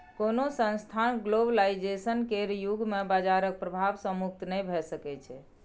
कोनो संस्थान ग्लोबलाइजेशन केर युग मे बजारक प्रभाव सँ मुक्त नहि भऽ सकै छै